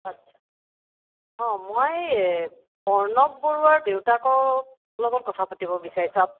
আচ্ছা অঁ মই পৰ্ণৱ বৰুৱাৰ দেউতাকক লগত কথা পাতিব বিচাৰিছোঁ আপ